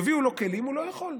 יביאו לו כלים, הוא לא יכול.